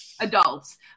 adults